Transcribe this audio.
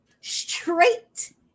straight